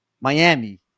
Miami